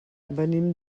venim